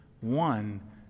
one